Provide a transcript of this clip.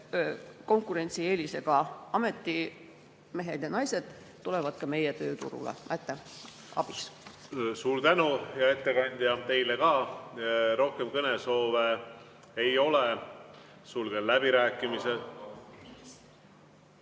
konkurentsieelisega ametimehed ja ‑naised tulevad ka meie tööturule. Aitäh! Suur tänu, hea ettekandja, teile ka! Rohkem kõnesoove ei ole. Sulgen läbirääkimised.